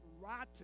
rotten